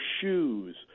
shoes